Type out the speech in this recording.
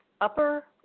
upper